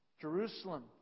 Jerusalem